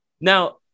now